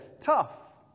tough